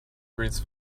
breathes